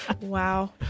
Wow